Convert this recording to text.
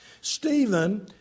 Stephen